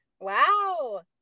Wow